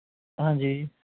ਹਾਂਜੀ